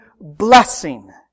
blessing